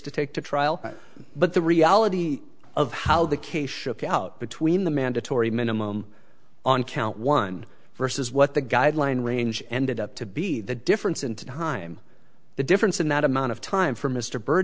to take to trial but the reality of how the case shook out between the mandatory minimum on count one versus what the guideline range ended up to be the difference in time the difference in that amount of time for m